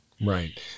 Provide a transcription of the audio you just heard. Right